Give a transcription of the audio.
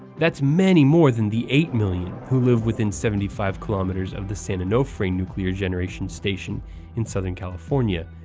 that's many more than the eight million who live within seventy five kilometers of the san onofre nuclear generation station in southern california,